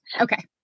Okay